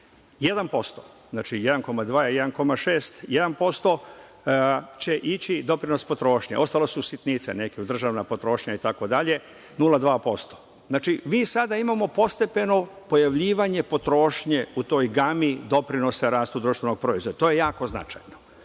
1%, znači 1,2%, 1,6% je 1% će ići doprinos potrošnje, ostalo su sitnice neke, državna potrošnja itd 0,2%. Znači, sada imamo postepeno pojavljivanje potrošnje u toj gami doprinosa rast društvenog proizvoda, to je jako značajno. Dozvolite